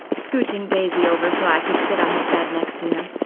scooching daisy over so i could sit on his bed next to him.